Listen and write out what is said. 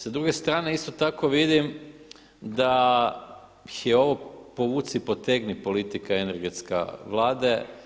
Sa druge strane isto tako vidim da je ovo povuci, potegni politika energetska Vlade.